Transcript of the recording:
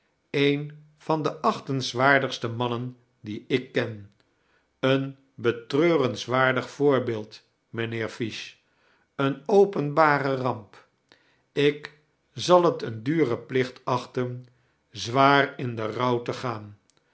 een van de aehteruswaardigste mannen die ik ken een betreurenswaardig voorbeeld mijnheer fish een openbare ramp ik zal het een dure plicht achten zwaar in den rouw te gaan